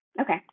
Okay